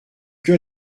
que